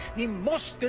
the most